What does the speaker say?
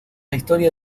historia